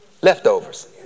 leftovers